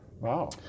Wow